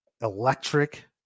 electric